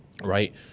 Right